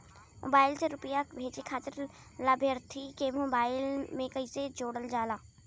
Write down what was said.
Mobile से रूपया भेजे खातिर लाभार्थी के मोबाइल मे कईसे जोड़ल जाला?